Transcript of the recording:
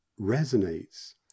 resonates